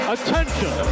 Attention